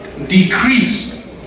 decrease